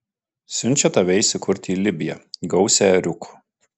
siunčia tave įsikurti į libiją gausią ėriukų